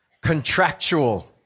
contractual